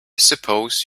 suppose